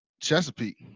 Chesapeake